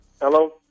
Hello